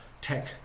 tech